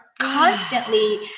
constantly